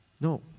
no